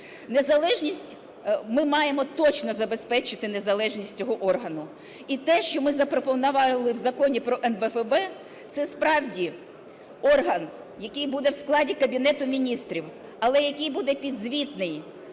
Незалежність, ми маємо точно забезпечити незалежність цього органу. І те, що ми запропонували в Законі про НБФБ, це, справді, орган, який буде в складі Кабінету Міністрів, але який буде підзвітний